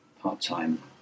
part-time